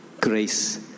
Grace